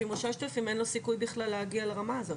או 6,000 אין לו סיכוי בכלל להגיע לרמה הזאת,